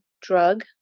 drug